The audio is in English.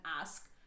ask